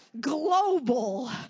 global